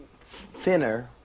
thinner